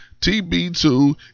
TB2